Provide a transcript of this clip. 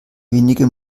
wenige